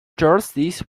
jerseys